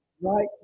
Right